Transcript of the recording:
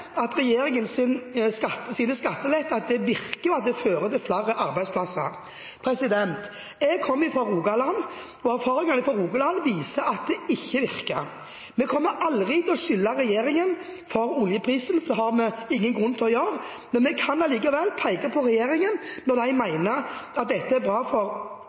på regjeringen for oljeprisen, det har vi ingen grunn til å gjøre, men vi kan allikevel peke på regjeringen når den mener at denne skatteletten er bra for